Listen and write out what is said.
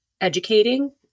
educating